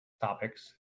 topics